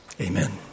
amen